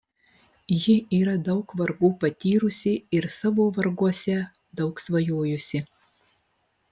ji yra daug vargų patyrusi ir savo varguose daug svajojusi